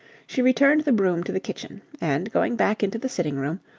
she returned the broom to the kitchen, and, going back into the sitting-room,